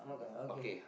okay